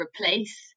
replace